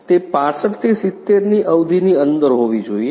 તે 65 70 ની અવધિની અંદર હોવી જોઈએ